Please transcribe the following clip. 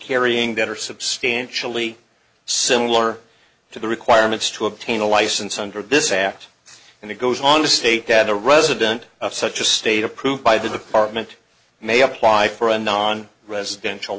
carrying that are substantially similar to the requirements to obtain a license under this act and it goes on to state that a resident of such a state approved by the department may apply for a non residential